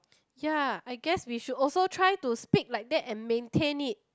ya I guess we should also try to speak like that and maintain it